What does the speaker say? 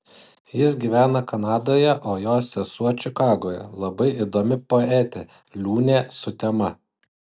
jis gyvena kanadoje o jo sesuo čikagoje labai įdomi poetė liūnė sutema